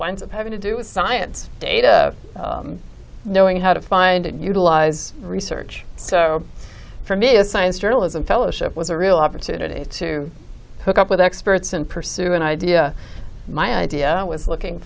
winds up having to do with science data knowing how to find and utilize research so for me as science journalism fellowship was a real opportunity to hook up with experts and pursue an idea my idea was looking